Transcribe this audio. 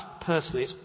personally